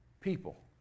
people